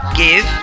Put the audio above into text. give